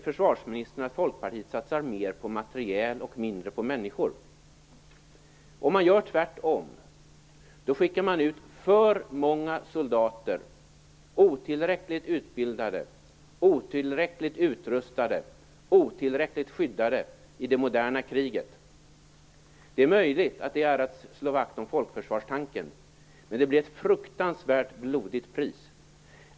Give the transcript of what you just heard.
Försvarsministern säger att Folkpartiet satsar mer på materiel och mindre på människor. Om man gör tvärtom skickar man ut för många soldater, otillräckligt utbildade, otillräckligt utrustade, otillräckligt skyddade i det moderna kriget. Det är möjligt att det är att slå vakt om folkförsvarstanken, men det blir ett fruktansvärt blodigt pris.